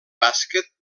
bàsquet